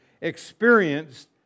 experienced